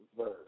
verse